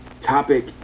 topic